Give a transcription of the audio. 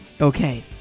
Okay